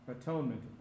Atonement